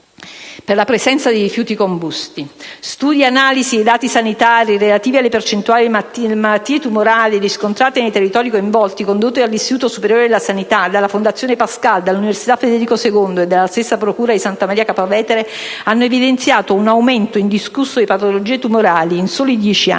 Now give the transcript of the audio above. alla presenza di rifiuti combusti. Studi ed analisi dei dati sanitari relativi alle percentuali di malattie tumorali riscontrate nei territori coinvolti, condotti dall'Istituto superiore di sanità, dalla fondazione Pascale, dall'università Federico II e dalla stessa procura di Santa Maria Capua Vetere, hanno evidenziato un aumento indiscusso di patologie tumorali. In soli dieci anni,